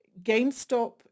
GameStop